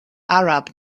arab